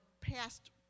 past